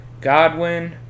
Godwin